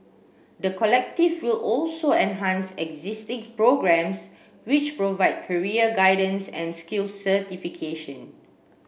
the collective will also enhance existing programmes which provide career guidance and skills certification